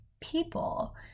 people